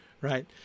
right